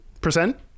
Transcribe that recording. percent